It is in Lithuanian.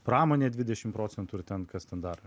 pramonė dvidešim procentų ir ten kas ten dar